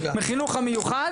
מהחינוך המיוחד.